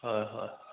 হয় হয়